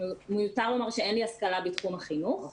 מיותר לומר שאין לי השכלה בתחום החינוך.